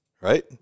right